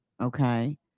okay